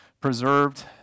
preserved